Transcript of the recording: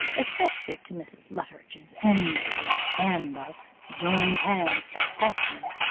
especially to mrs. luttridge's, envy and scandal joined hands to attack me,